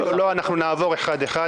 לא, אנחנו נעבור אחד, אחד.